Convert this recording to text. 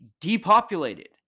depopulated